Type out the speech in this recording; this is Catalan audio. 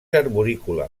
arborícola